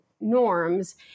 norms